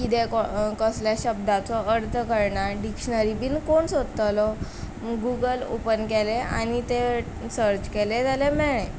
किदें कसलें शब्दाचो अर्थ कळना आनी डिक्शनरी बीन कोण सदतोलो म्हूण गुगल ओपन केलें आनी तें सर्च केलें जाल्यार मेळ्ळें